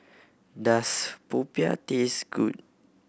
does popiah taste good